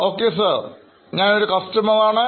Curioഞാൻ customer ആണ്